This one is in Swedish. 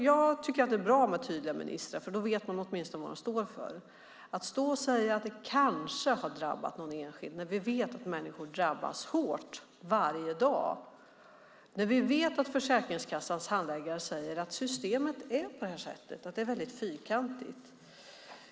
Jag tycker att det är bra med tydliga ministrar, för då vet man åtminstone vad de står för. Nu säger ministern att det kanske har drabbat någon enskild när vi vet att människor drabbas hårt varje dag, när vi vet att Försäkringskassans handläggare säger att systemet är fyrkantigt.